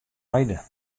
heide